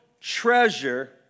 treasure